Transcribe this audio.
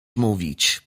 mówić